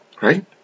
Right